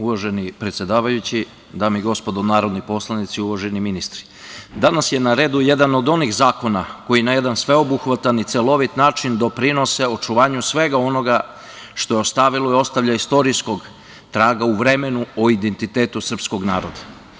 Uvaženi predsedavajući, dame i gospodo narodni poslanici, uvaženi ministri, danas je na redu jedan od onih zakona koji na jedan sveobuhvatan i celovit način doprinose očuvanju svega onoga što je ostavilo i ostavlja istorijskog traga u vremenu o identitetu srpskog naroda.